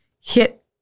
hit